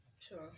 Sure